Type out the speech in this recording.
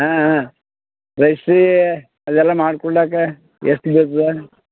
ಹಾಂ ಹಾಂ ರಶಿ ಅದೆಲ್ಲ ಮಾಡ್ಕೊಡಾಕೆ ಎಷ್ಟು ಬೇಕ್ದು